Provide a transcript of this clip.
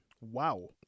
Wow